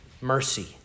mercy